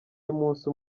y’umunsi